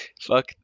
Fuck